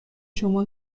شما